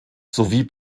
sowie